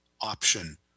option